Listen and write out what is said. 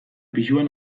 pisuan